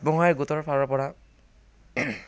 আত্মসহায়ক গোটৰ ফালৰ পৰা